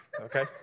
okay